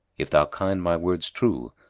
if thou kind my words true,